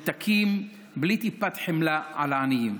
מנותקים, בלי טיפת חמלה על העניים.